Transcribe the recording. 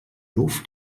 luft